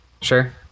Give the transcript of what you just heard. sure